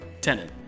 Tenant